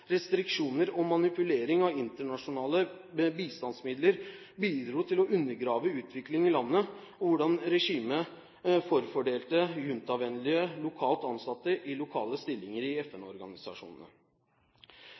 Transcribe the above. restriksjoner og manipulering av internasjonale bistandsmidler bidro til å undergrave utvikling i landet, og hvordan regimet forfordelte juntavennlige, lokalt ansatte i lokale stillinger i